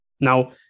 Now